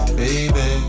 baby